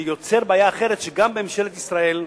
שזה יוצר בעיה אחרת: שגם ממשלת ישראל,